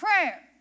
prayer